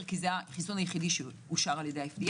כי זה החיסון היחיד שאושר על-ידי ה-FDA